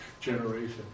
generation